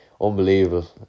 Unbelievable